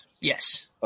Yes